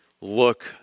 Look